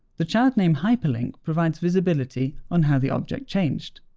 the child name hyperlink provides visibility on how the object changed.